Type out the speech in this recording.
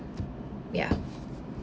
ya